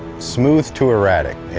smooth to erratic, yeah.